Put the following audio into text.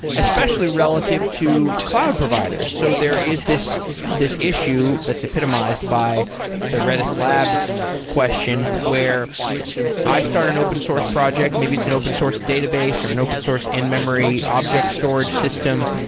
especially relative to cloud providers. so there is this this issue that's epitomized by the redis labs question, where i start an open source project. maybe it's an open source database, or an open source in-memory object storage system.